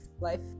Life